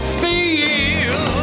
feel